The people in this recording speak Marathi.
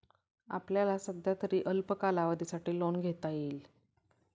आपल्याला सध्यातरी अल्प कालावधी लोन घेता येईल